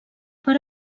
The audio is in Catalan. per